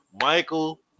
Michael